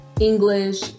English